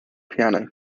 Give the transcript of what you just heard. piano